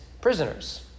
prisoners